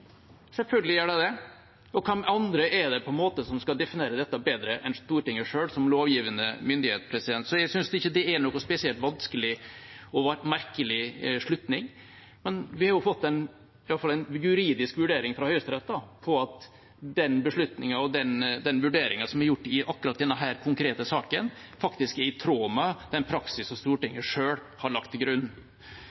Selvfølgelig gjør de det. Hvem andre er det som skal definere dette bedre enn Stortinget selv som lovgivende myndighet? Så jeg synes ikke det er noen spesielt vanskelig eller merkelig slutning. Vi har iallfall fått en juridisk vurdering fra Høyesterett på at den beslutningen og den vurderingen som er gjort i akkurat denne konkrete saken, faktisk er i tråd med den